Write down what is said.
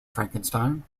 frankenstein